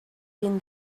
been